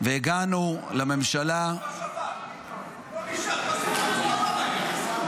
והגענו לממשלה -- לא נשארתם בשבת, ביטון.